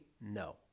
no